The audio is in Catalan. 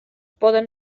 poden